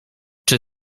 czy